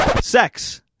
Sex